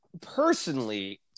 personally